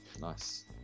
Nice